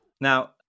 Now